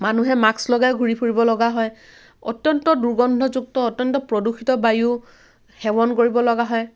মানুহে মাস্ক লগাই ঘূৰি ফুৰিব লগা হয় অত্যন্ত দুৰ্গন্ধযুক্ত অত্যন্ত প্ৰদূষিত বায়ু সেৱন কৰিব লগা হয়